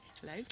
Hello